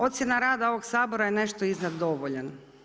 Ocjena rada ovog Sabora je nešto iznad dovoljan.